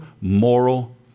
moral